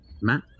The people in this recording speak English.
Matt